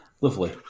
Lovely